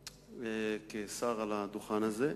כשר על הדוכן הזה,